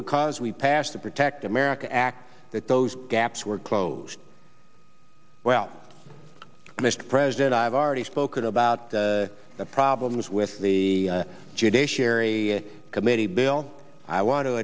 because we passed the protect america act that those gaps were closed well mr president i've already spoken about the problems with the judiciary committee bill i want to